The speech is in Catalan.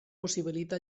possibilita